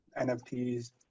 NFTs